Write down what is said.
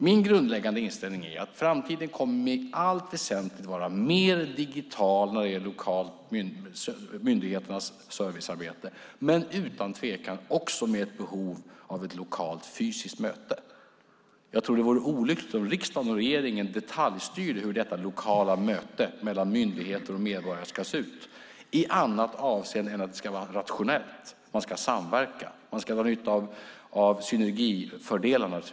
Min grundläggande inställning är att framtiden i allt väsentligt kommer att vara mer digital när det gäller myndigheternas servicearbete men utan tvekan också med ett behov av ett lokalt fysiskt möte. Jag tror att det vore olyckligt om riksdagen och regeringen detaljstyrde hur detta lokala möte mellan myndigheter och medborgare ska se ut i annat avseende än att det ska vara rationellt. Man ska samverka, och man ska naturligtvis dra nytta av synergifördelarna.